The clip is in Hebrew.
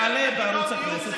תעלה בערוץ הכנסת,